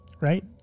right